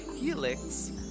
helix